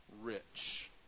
rich